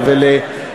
הזאת.